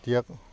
এতিয়া